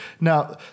Now